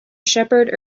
shepherd